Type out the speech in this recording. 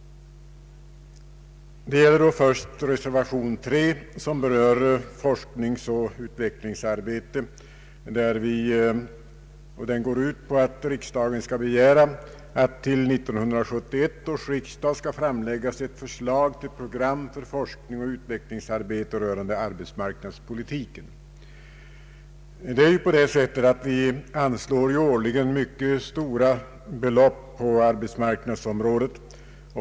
Det gäller då först reservation 3, som berör forskning och utvecklingsarbete. Den går ut på att riksdagen skall begära att för 1971 års riksdag skall framläggas förslag till program för forskning och utvecklingsarbete rörande arbetsmarknadspolitiken. Vi anslår årligen mycket stora belopp på arbetsmarknadsområdet.